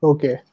Okay